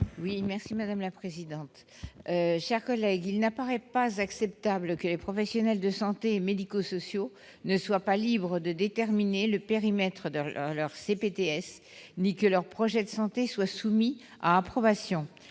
est à Mme Annie Delmont-Koropoulis. Il ne paraît pas acceptable que les professionnels de santé et médico-sociaux ne soient pas libres de déterminer le périmètre de leur CPTS, ni que leur projet de santé soit soumis à approbation.